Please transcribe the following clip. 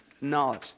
knowledge